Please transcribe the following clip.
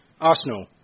Arsenal